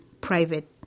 private